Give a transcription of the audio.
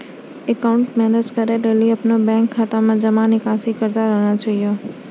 account manage करै लेली अपनो बैंक खाता मे जमा निकासी करतें रहना चाहि